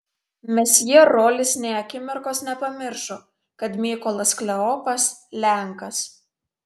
mesjė rolis nė akimirkos nepamiršo kad mykolas kleopas lenkas